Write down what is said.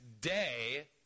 day